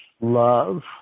Love